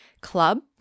club